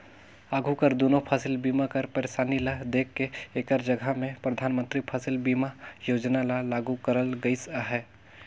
आघु कर दुनो फसिल बीमा कर पइरसानी ल देख के एकर जगहा में परधानमंतरी फसिल बीमा योजना ल लागू करल गइस अहे